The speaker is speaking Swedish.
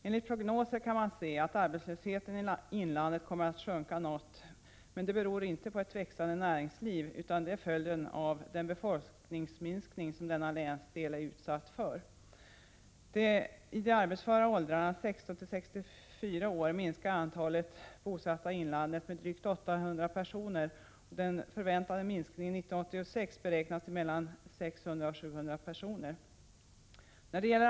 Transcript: Enligt prognoser kan man se att arbetslösheten i inlandet kommer att sjunka något, men det beror inte på ett växande näringsliv utan det är följden av den befolkningsminskning som denna länsdel är utsatt för. I de arbetsföra åldrarna 16-64 år minskade antalet bosatta i inlandet med drygt 800 personer, och den förväntade minskningen 1986 beräknas till 600-700 personer.